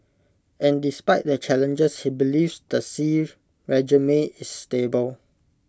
and despite the challenges he believes the Xi regime is stable